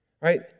right